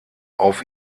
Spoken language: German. auf